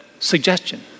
Suggestion